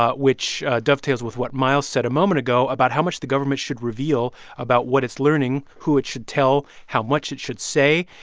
ah which dovetails with what miles said a moment ago, about how much the government should reveal about what it's learning, who it should tell, how much it should say.